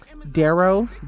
Darrow